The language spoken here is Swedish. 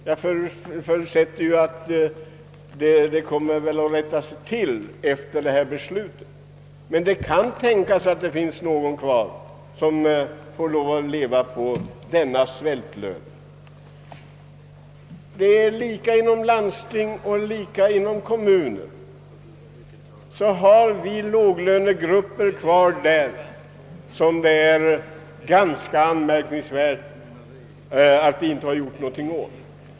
Jag förutsätter att det kommer att rättas till efter det beslut som man vill att riksdagen nu skall fatta. Men det kan tänkas att det kommer att finnas någon kvar som får lov att leva på den svältlönen. Samma sak gäller inom landsting och kommuner. Där finns låglönegrupper kvar, och det är ganska anmärkningsvärt att vi inte har gjort något åt det.